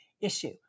issue